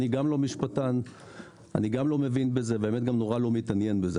גם אני לא משפטן וגם אני לא מבין בזה וגם לא מתעניין זה.